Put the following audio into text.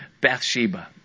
Bathsheba